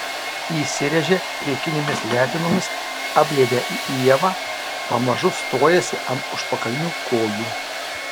įsiręžia priekinėmis letenomis apglėbia ievą pamažu stojasi ant užpakalinių kojų